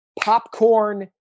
popcorn